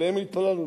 עליהם התפללנו,